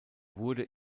wurde